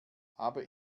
habe